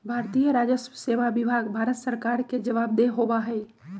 भारतीय राजस्व सेवा विभाग भारत सरकार के जवाबदेह होबा हई